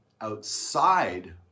outside